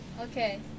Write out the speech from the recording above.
Okay